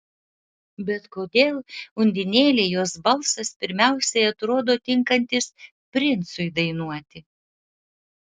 bet kodėl undinėlei jos balsas pirmiausia atrodo tinkantis princui dainuoti